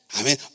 Amen